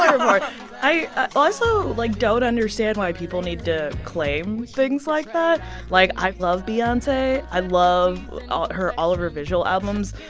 report i also, like, don't understand why people need to claim things like that. like, i love beyonce. i love all her all of her visual albums.